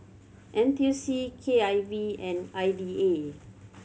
N T U C K I V and I D A